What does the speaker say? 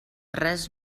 res